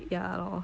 ya lor